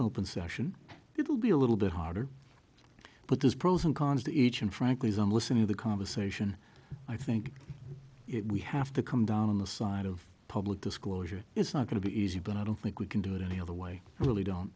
open session it'll be a little bit harder but there's pros and cons to each and frankly some listener of the conversation i think it we have to come down on the side of public disclosure it's not going to be easy but i don't think we can do it any other way really don't